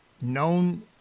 Known